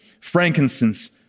frankincense